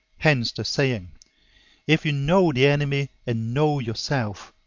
hence the saying if you know the enemy and know yourself,